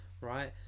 Right